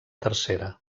tercera